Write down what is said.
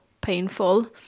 painful